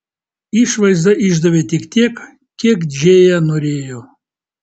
išvaizda išdavė tik tiek kiek džėja norėjo